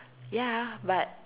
ya but